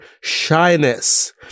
shyness